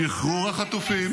-- שחרור החטופים,